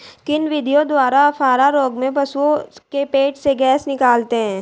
किन विधियों द्वारा अफारा रोग में पशुओं के पेट से गैस निकालते हैं?